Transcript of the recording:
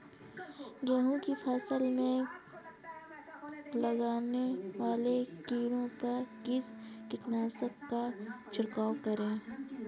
गेहूँ की फसल में लगने वाले कीड़े पर किस कीटनाशक का छिड़काव करें?